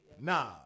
Nah